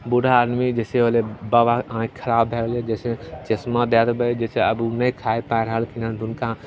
बूढ़ा आदमी जइसे होलै बाबाके आँखि खराब भै गेलै जइसे चश्मा दै देबै जाहिसे आब ओ नहि खा पाबि रहलखिन हँ तऽ हुनका